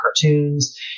cartoons